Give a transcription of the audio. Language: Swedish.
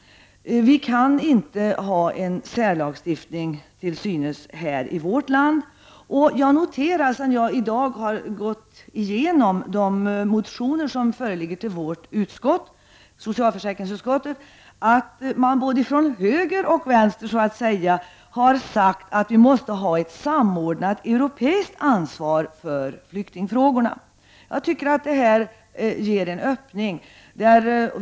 Vi kan inte ha en särlagstiftning i vårt land. Jag noterar, sedan jag i dag har gått igenom de motioner som skall behandlas i socialförsäkringsutskottet, att man från både höger och vänster så att säga har sagt att vi måste ha ett samordnat europeiskt ansvar för flyktingfrågorna. Detta innebär en öppning.